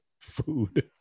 food